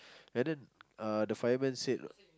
and then uh the fireman said